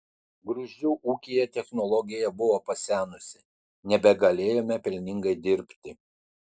gruzdžių ūkyje technologija buvo pasenusi nebegalėjome pelningai dirbti